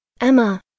Emma